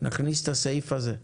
נכניס את הסעיף הזה.